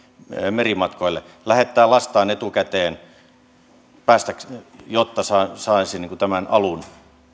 merimatkoille lähettää lastaan etukäteen jotta saisi saisi tämän alun